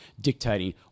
dictating